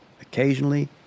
Occasionally